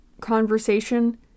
conversation